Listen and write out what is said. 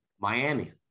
Miami